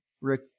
Rick